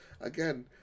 again